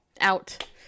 out